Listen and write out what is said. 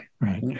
Right